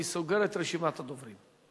אני סוגר את רשימת הדוברים.